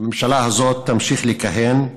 הממשלה הזאת תמשיך לכהן.